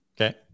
Okay